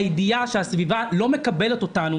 הידיעה שהסביבה לא מקבלת אותנו,